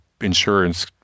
insurance